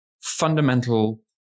fundamental